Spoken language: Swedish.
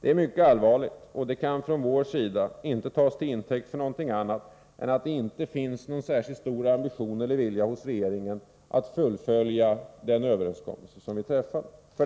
Det är mycket allvarligt, och det kan från vår sida inte tas till intäkt för något annat än att det inte finns någon särskilt stor ambition eller vilja hos regeringen att fullfölja den överenskommelse som vi träffade. 2.